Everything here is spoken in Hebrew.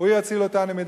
הוא יציל אותנו.